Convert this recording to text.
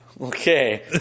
Okay